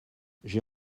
j’ai